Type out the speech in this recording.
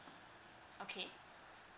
okay